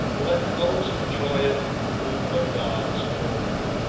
let those enjoy it whom the gods ordain.